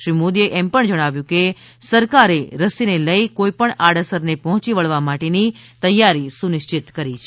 શ્રી મોદીએ કહ્યું સરકારે રસીને લઇ કોઇ પણ આડઅસરને પહોંચી વળવા માટેની તૈયારી સુનિશ્ચિત કરી છે